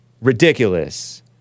Ridiculous